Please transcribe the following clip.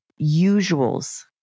usuals